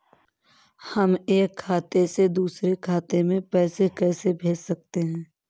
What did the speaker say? हम एक खाते से दूसरे खाते में पैसे कैसे भेज सकते हैं?